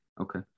okay